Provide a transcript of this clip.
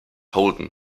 holden